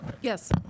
Yes